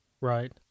Right